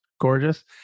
gorgeous